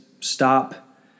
stop